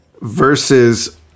versus